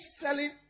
selling